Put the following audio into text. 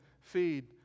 feed